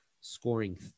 scoring